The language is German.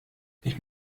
ich